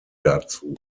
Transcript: dazu